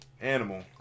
Animal